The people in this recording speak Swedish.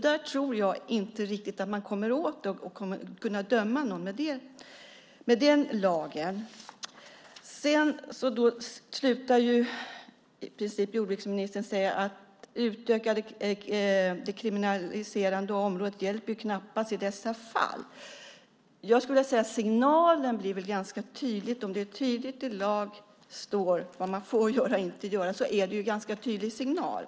Där tror jag inte riktigt att man kommer åt detta och kan döma någon med den lagen. Jordbruksministern slutar med att säga att ett utökat kriminaliserande av området knappast hjälper i dessa fall. Jag skulle vilja säga att om det tydligt i lag står vad man får göra och inte göra är det en ganska tydlig signal.